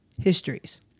histories